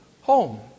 home